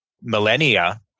millennia